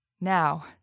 Now